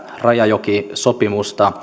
rajajokisopimusta